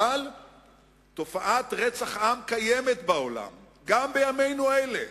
אבל תופעה של רצח עם קיימת בעולם, גם בימינו אלה,